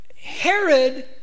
Herod